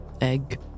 egg